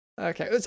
Okay